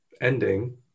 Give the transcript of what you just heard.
ending